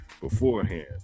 beforehand